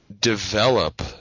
develop